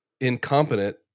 incompetent